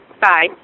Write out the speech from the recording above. Bye